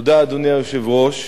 אדוני היושב-ראש,